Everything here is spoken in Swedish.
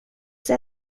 sig